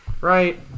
Right